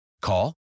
Call